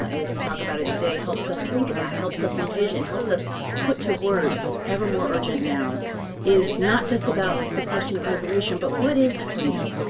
as we talk about it today, helps us think about, helps us envision, helps us put to words. ever more urgent now is not just about the question of liberation, but what is freedom?